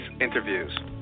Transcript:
interviews